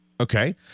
Okay